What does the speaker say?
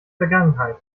vergangenheit